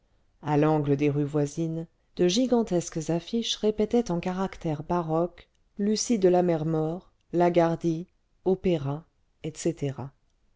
à l'angle des rues voisines de gigantesques affiches répétaient en caractères baroques lucie de lamermoor lagardy opéra etc